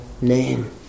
name